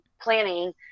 planning